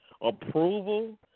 approval